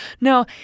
No